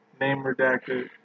name-redacted